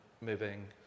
moving